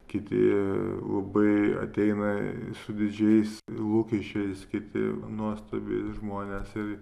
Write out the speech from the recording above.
kiti labai ateina su didžiais lūkesčiais kiti nuostabūs žmonės ir